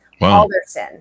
Alderson